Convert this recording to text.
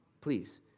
please